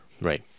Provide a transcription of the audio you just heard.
Right